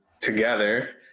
together